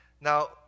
Now